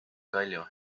kalju